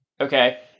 Okay